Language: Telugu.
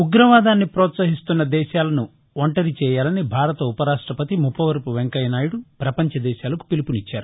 ఉగ్రవాదాన్ని ప్రోత్సహిస్తున్న దేశాలను ఒంటరి చేయాలని భారత ఉపరాష్టపతి ముప్పవరపు వెంకయ్యనాయుడు పపంచ దేశాలకు పిలుపునిచ్చారు